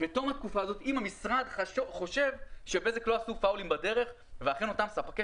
בתום התקופה הזאת אם המשרד חושב שבזק לא עשו פאולים בדרך ואכן אותם ספקי